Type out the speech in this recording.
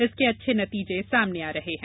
इसके अच्छे नतीजे सामने आ रहे हैं